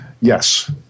Yes